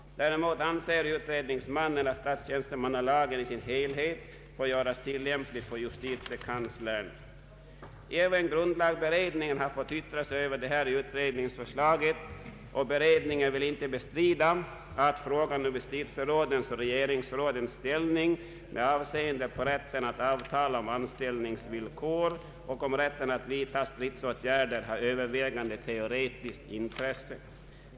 Däremot anser utredningsmannen att statstjänstemannalagen i sin helhet bör göras tillämplig på justitiekanslern. Även grundlagberedningen har fått yttra sig över detta utredningsförslag, och beredningen vill inte bestrida att frågan om justitierådens och regeringsrådens ställning med avseende på rätten att avtala om anställningsvillkor och rätten att vidta stridsåtgärder har övervägande teoretiskt intresse.